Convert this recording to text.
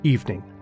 Evening